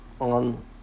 On